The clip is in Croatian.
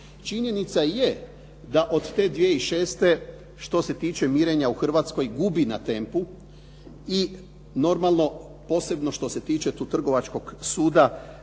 činjenica je da od te 2006., što se tiče mirenja u Hrvatskoj gubi na tempu i normalno, posebno što se tiče tu trgovačkog suda